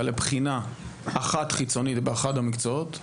לבחינה אחת חיצונית באחד המקצועות,